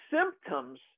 symptoms